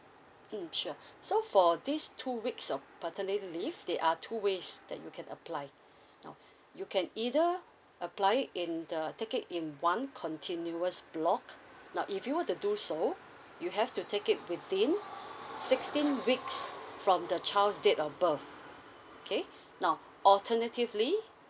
mm sure so for these two weeks of paternity leave there are two ways that you can apply now you can either apply it in the take it in one continuous block now if you were to do so you have to take it within sixteen weeks from the child's date of birth okay now alternatively